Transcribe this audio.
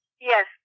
Yes